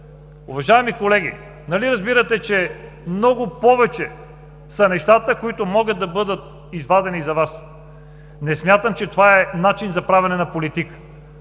уважаеми колеги, нали разбирате, че много повече са нещата, които могат да бъдат извадени за Вас? Не смятам, че това е начин за правене на политика.